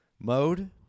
mode